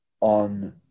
on